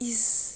is